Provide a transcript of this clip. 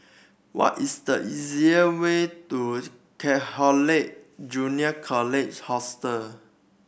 what is the easier way to Catholic Junior College Hostel